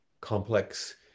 complex